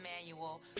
manual